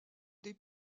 des